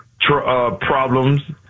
problems